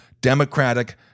democratic